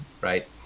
Right